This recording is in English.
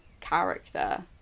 character